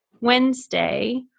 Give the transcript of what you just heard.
Wednesday